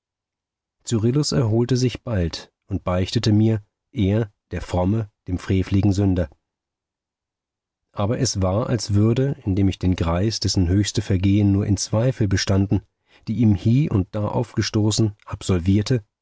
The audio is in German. cyrillus erholte sich bald und beichtete mir er der fromme dem freveligen sünder aber es war als würde indem ich den greis dessen höchste vergehen nur in zweifel bestanden die ihm hie und da aufgestoßen absolvierte